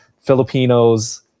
Filipinos